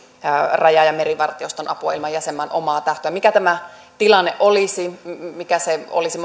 raja ja merivartioston apua ilman jäsenmaan omaa tahtoa mikä tämä tilanne olisi mikä se olisi